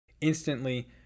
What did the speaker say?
instantly